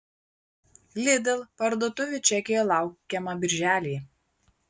lidl parduotuvių čekijoje laukiama birželį